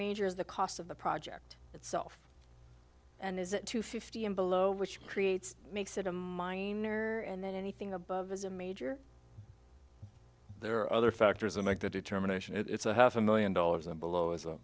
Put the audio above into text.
major is the cost of the project itself and is it to fifty and below which creates makes it a minor and that anything above is a major there are other factors that make that determination it's a half a million dollars and below is